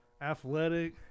athletic